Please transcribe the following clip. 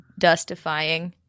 dustifying